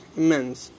immense